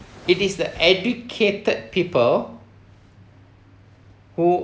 it is the educated people who